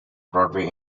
broadway